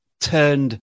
turned